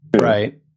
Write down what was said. right